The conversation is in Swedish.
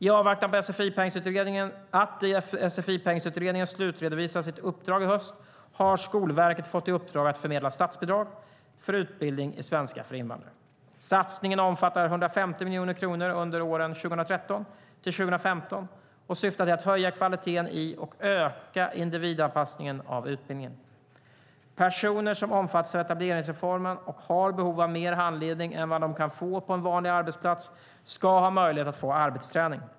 I avvaktan på att sfi-pengsutredningen slutredovisar sitt uppdrag i höst har Skolverket fått i uppdrag att förmedla statsbidrag för utbildning i svenska för invandrare. Satsningen omfattar 150 miljoner kronor under åren 2013-2015 och syftar till att höja kvaliteten i och öka individanpassningen av utbildningen. Personer som omfattas av etableringsreformen och har behov av mer handledning än vad de kan få på en vanlig praktikplats ska ha möjlighet att få arbetsträning.